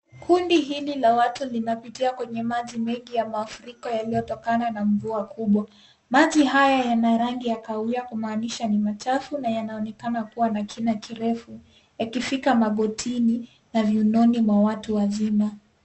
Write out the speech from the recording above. Kundi hili la watu linapitia kwenye maji mengi ya mafriko yaliyotokana na mvua kubwa. Maji haya yana rangi ya kahawi kumaanisha ni machafu na yanaonekana kuwa na kina kirefu yakifika magotini na viunoni mwa watu wazima.